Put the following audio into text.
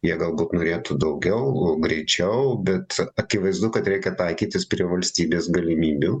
jie galbūt norėtų daugiau greičiau bet akivaizdu kad reikia taikytis prie valstybės galimybių